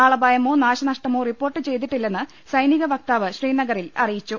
ആളപായമോ നാശനഷ്ടമോ റിപ്പോർട്ട് ചെയ്തിട്ടില്ലെന്ന് സൈനിക വക്താവ് ശ്രീനഗറിൽ അറിയിച്ചു